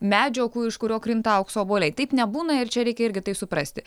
medžio ku iš kurio krinta aukso obuoliai taip nebūna ir čia reikia irgi tai suprasti